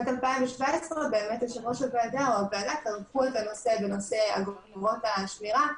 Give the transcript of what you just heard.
בשנת 2017 יושב-ראש הוועדה או הוועדה כרכו את הנושא בנושא אגרות השמירה,